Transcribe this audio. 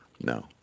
No